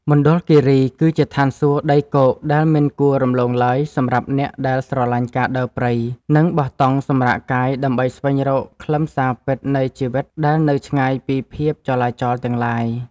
មណ្ឌលគីរីគឺជាឋានសួគ៌ដីគោកដែលមិនគួររំលងឡើយសម្រាប់អ្នកដែលស្រឡាញ់ការដើរព្រៃ និង បោះតង់សម្រាកកាយដើម្បីស្វែងរកខ្លឹមសារពិតនៃជីវិតដែលនៅឆ្ងាយពីភាពចលាចលទាំងឡាយ។